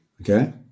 Okay